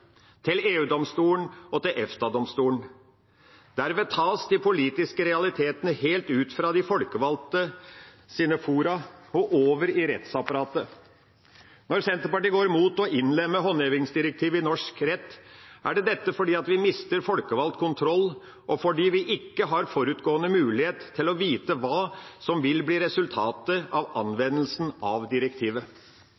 til EU-domstolen og til EFTA-domstolen. Derved tas de politiske realitetene helt ut av de folkevalgtes fora og over i rettsapparatet. Når Senterpartiet går imot å innlemme håndhevingsdirektivet i norsk rett, er det fordi vi mister folkevalgt kontroll, og fordi vi ikke har forutgående mulighet til å vite hva som vil bli resultatet av